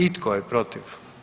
I tko je protiv?